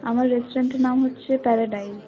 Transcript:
আমার রেস্টুরেন্টের নাম হচ্ছে প্যারাডাইস